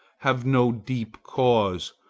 have no deep cause,